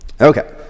Okay